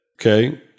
okay